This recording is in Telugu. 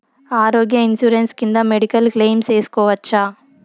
ఆరోగ్య ఇన్సూరెన్సు కింద మెడికల్ క్లెయిమ్ సేసుకోవచ్చా?